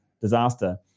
disaster